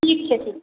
ठीक छै ठीक